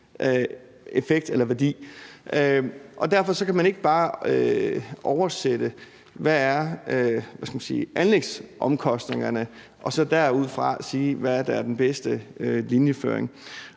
Derfor kan man ikke bare oversætte, hvad anlægsomkostningerne er, og så derudfra sige, hvad der er den bedste linjeføring.